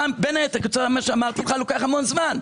בין היתר כתוצאה ממה שאמרתי, עובר המון זמן.